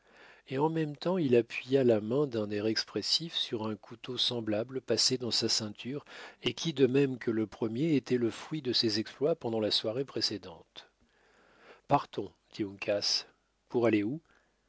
et en même temps il appuya la main d'un air expressif sur un couteau semblable passé dans sa ceinture et qui de même que le premier était le fruit de ses exploits pendant la soirée précédente partons dit uncas pour